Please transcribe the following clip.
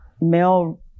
male